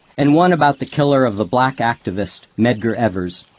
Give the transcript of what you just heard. and one about the killer of the black activist medgar evers,